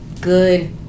good